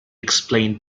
explained